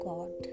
God